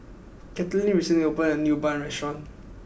Caitlin recently opened a new Bun restaurant